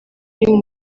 rimwe